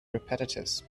repetitious